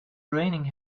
raining